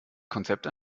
konzept